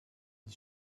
his